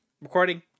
recording